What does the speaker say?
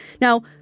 Now